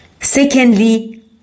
Secondly